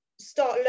start